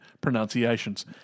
pronunciations